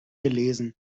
gelesen